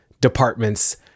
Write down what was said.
departments